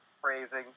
phrasing